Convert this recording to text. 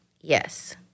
yes